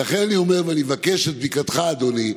ולכן, אני אומר ואני מבקש את בדיקתך, אדוני.